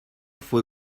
fue